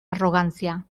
arrogancia